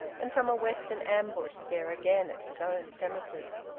and from a western ambush stare again at his own premises.